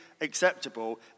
acceptable